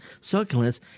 succulents